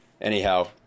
Anyhow